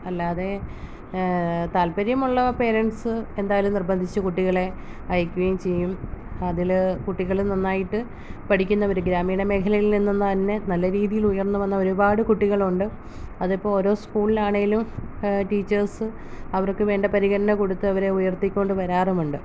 അല്ലാതെ താല്പര്യമുള്ള പേരെൻസ് എന്തായാലും നിർബന്ധിപ്പിച്ച് കുട്ടികളെ അയക്കുകയും ചെയ്യും അതിൽ കുട്ടികൾ നന്നായിട്ട് പഠിക്കുന്നവർ ഗ്രാമീണമേഖലയിൽ നിന്നന്നെ നല്ല രീതിയിലുയർന്നു വന്ന ഒരുപാട് കുട്ടികളുണ്ട് അതിപ്പോൾ ഓരോ സ്കൂളിലാണേലും ടീച്ചേഴ്സ് അവർക്ക് വേണ്ട പരിഗണന കൊടുത്ത് അവരെ ഉയർത്തി കൊണ്ട് വരാറുമുണ്ട്